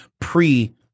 pre